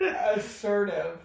assertive